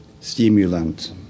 stimulant